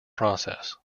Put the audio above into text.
process